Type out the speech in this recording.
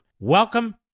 Welcome